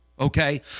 Okay